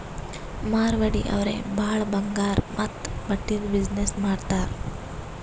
ಮಾರ್ವಾಡಿ ಅವ್ರೆ ಭಾಳ ಬಂಗಾರ್ ಮತ್ತ ಬಟ್ಟಿದು ಬಿಸಿನ್ನೆಸ್ ಮಾಡ್ತಾರ್